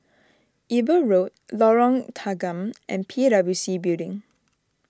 Eber Road Lorong Tanggam and P W C Building